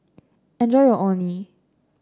enjoy your Orh Nee